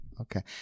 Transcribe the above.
Okay